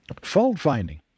fault-finding